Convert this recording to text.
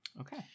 okay